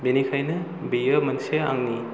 बेनिखायनो बेयो मोनसे आंनि